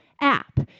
app